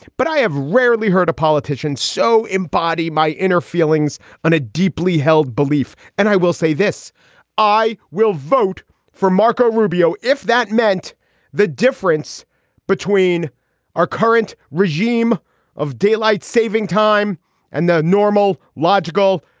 but i have rarely heard a politician so embody my inner feelings on a deeply held belief. and i will say this i will vote for marco rubio if that meant the difference between our current regime of daylight saving time and the normal logical.